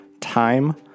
time